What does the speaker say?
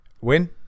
Win